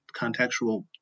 contextual